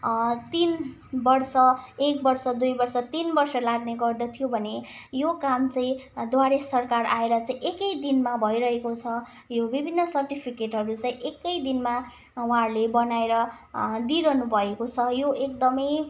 तिन वर्ष एक वर्ष दुई वर्ष तिन वर्ष लाग्ने गर्दथ्यो भने यो काम चाहिँ द्वारे सरकार आएर चाहिँ एकैदिनमा भइरहेको छ यो विभिन्न स्रटिफिकेटहरू चाहिँ एकै दिनमा उहाँहरूले बनाएर दिइरहनु भएको छ यो एकदमै